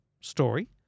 story